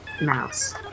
Mouse